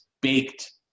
baked